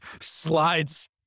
slides